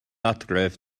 adref